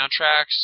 soundtracks